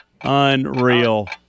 Unreal